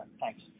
Thanks